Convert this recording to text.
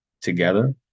together